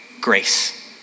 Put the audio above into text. grace